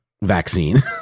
vaccine